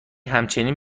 همچنین